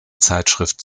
zeitschrift